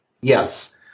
Yes